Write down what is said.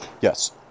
yes